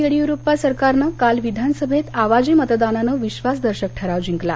येडियुरप्पा सरकारनं काल विधानसभेत आवाजी मतदानानं विश्वासदर्शक ठराव जिंकला